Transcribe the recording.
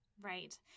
Right